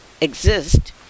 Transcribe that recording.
exist